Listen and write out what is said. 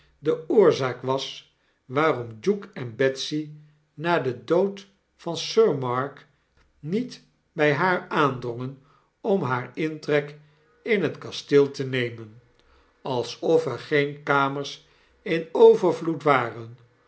de oorzaak was waarom duke en betsy na den dood van sir mark niet by haar aandrongen om haar intrek in het kasteel te nemen alsofer geenkamers in overvloed waren